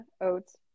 oats